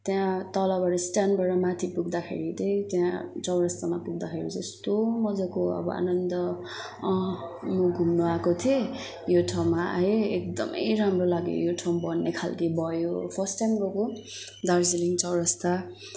त्यहाँ तलबाट स्ट्यान्डबाट माथि पुग्दाखेरि चाहिँ त्यहाँ चौरस्तामा पुग्दाखेरि चाहिँ यस्तो मजाको अब अनन्द म घुम्नुआएको थिएँ यो ठाउँमा आएँ एकदमै राम्रो लाग्यो यो ठाउँ भन्ने खालको भयो फर्स्ट टाइम गएको दार्जिलिङ चौरस्ता